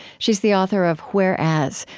she's the author of whereas,